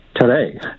today